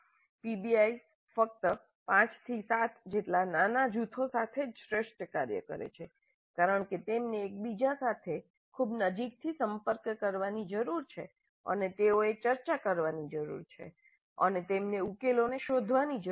PBI ફક્ત 5 થી 7 જેટલા નાના જૂથો સાથે જ શ્રેષ્ઠ કાર્ય કરે છે કારણ કે તેમને એકબીજા સાથે ખૂબ નજીકથી સંપર્ક કરવાની જરૂર છે અને તેઓએ ચર્ચા કરવાની જરૂર છે અને તેમને ઉકેલોને શોધવાની જરૂર છે